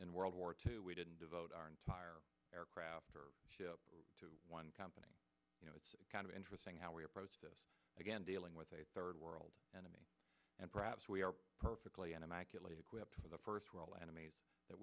in world war two we didn't devote our entire aircraft to one company you know it's kind of interesting how we approach this again dealing with a third world enemy and perhaps we are perfectly an immaculately equipped for the first well enemies that